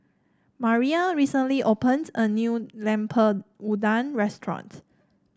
Maria recently opened a new Lemper Udang Restaurant